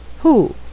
Who